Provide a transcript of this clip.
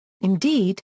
Indeed